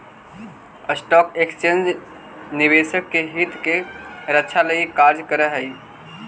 stock exchange निवेशक के हित के रक्षा लगी कार्य करऽ हइ